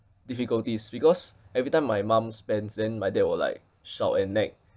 difficulties because every time my mum spends and my dad will like shout and nag